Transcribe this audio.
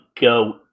go